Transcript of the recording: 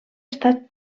estat